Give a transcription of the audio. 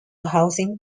housing